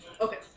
Okay